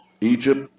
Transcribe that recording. Egypt